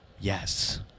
Yes